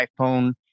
iPhone